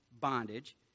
bondage